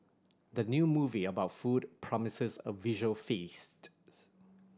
the new movie about food promises a visual feast